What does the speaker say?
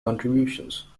contributions